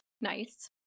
Nice